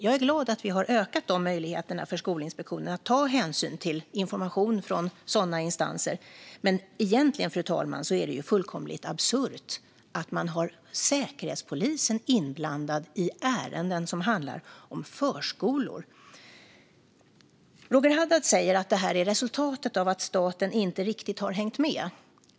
Jag är glad att vi har ökat möjligheterna för Skolinspektionen att ta hänsyn till information från sådana instanser. Men egentligen, fru talman, är det ju fullkomligt absurt att Säkerhetspolisen är inblandad i ärenden som handlar om förskolor. Roger Haddad säger att det här är resultatet av att staten inte riktigt har hängt med.